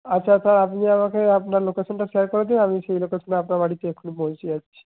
আচ্ছা আচ্ছা আপনি আমাকে আপনার লোকেশনটা শেয়ার করে দিন আমি সেই লোকেশনে আপনার বাড়িতে এখনি পৌঁছে যাচ্ছি